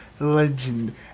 legend